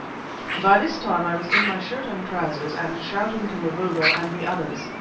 by this time i was in my shirt and trousers and shouting to mavovo and the others.